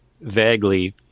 vaguely